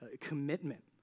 commitment